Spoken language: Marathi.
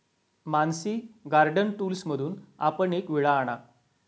मानसी गार्डन टूल्समधून आपण एक विळा आणा